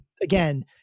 Again